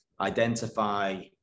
identify